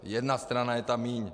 Jedna strana je tam míň.